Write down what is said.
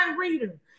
reader